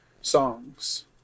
songs